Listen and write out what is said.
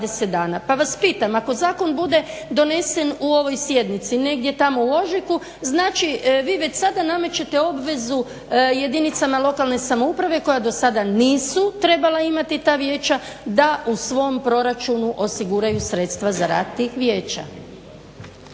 Pa vas pitam ako zakon bude donesen u ovoj sjednici negdje tamo u ožujku znači vi već sada namećete obvezu jedinicama lokalne samouprave koje do sada nisu trebale imati ta vijeća da u svom proračunu osiguraju sredstva za rad tih vijeća.